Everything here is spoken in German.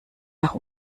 nach